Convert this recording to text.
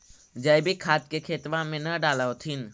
जैवीक खाद के खेतबा मे न डाल होथिं?